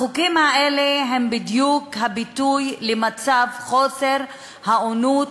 החוקים האלה הם בדיוק הביטוי למצב חוסר האונות